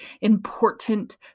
important